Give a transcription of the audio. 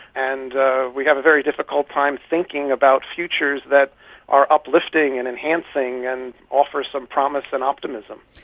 and ah we have a very difficult time thinking about futures that are uplifting and enhancing and offer some promise and optimism.